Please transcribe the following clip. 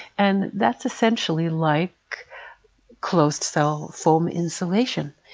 and that's essentially like closed-cell foam insulation.